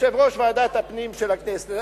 יושב-ראש ועדת הפנים של הכנסת,